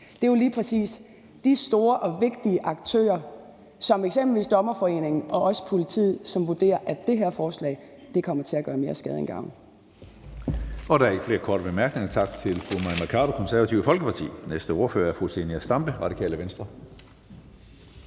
Det er jo lige præcis de store og vigtige aktører som eksempelvis Dommerforeningen og politiet, som vurderer, at det her forslag kommer til at gøre mere skade end gavn.